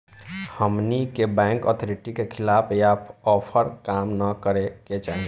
हमनी के bank authority के खिलाफ या ओभर काम न करे के चाही